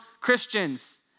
Christians